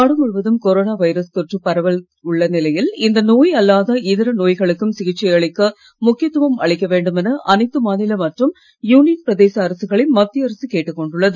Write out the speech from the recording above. நாடு முழுவதும் corona virus தொற்று பரவல் உள்ள நிலையில் இந்த நோய் அல்லாதன இதர நோய்களுக்கும் சிகிச்சை அளிக்க முக்கியத்துவம் அளிக்க வேண்மென அனைத்து மாநில மற்றும் யூனியன் பிரதேச அரசுகளை மத்திய அரசு கேட்டுக் கொண்டுள்ளது